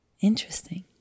interesting